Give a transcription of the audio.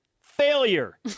failure